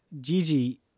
Gigi